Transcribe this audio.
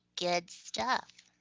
good stuff.